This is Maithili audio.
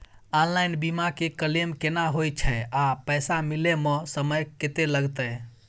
ऑनलाइन बीमा के क्लेम केना होय छै आ पैसा मिले म समय केत्ते लगतै?